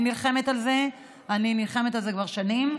אני נלחמת על זה כבר שנים.